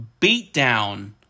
beatdown